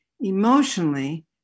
emotionally